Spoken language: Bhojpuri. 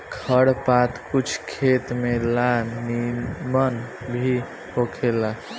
खर पात कुछ खेत में ला निमन भी होखेला